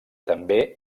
també